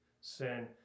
sin